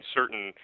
certain